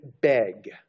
beg